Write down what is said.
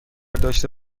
داشته